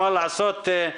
מה לעשות,